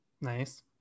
nice